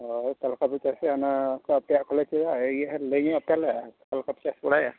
ᱦᱳᱭ ᱪᱟᱥᱮᱜᱼᱟ ᱚᱱᱟ ᱠᱚ ᱟᱯᱮᱭᱟᱜ ᱠᱚᱞᱮ ᱞᱟᱹᱭ ᱧᱚᱜ ᱯᱮᱭᱟ ᱞᱮ ᱚᱠᱟ ᱞᱮᱠᱟ ᱛᱮᱯᱮ ᱪᱟᱥ ᱵᱟᱲᱟᱭᱟ